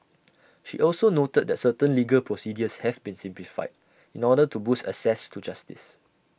she also noted that certain legal procedures have been simplified in order to boost access to justice